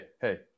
hey